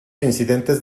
incidentes